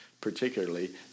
particularly